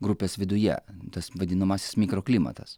grupės viduje tas vadinamasis mikroklimatas